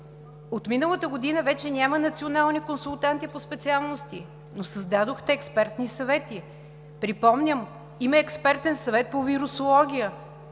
от миналата година вече няма национални консултанти по специалности, но създадохте експертни съвети. Припомням: има Експертен съвет по вирусология,